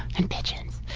and pigeons!